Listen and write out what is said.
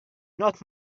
not